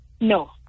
no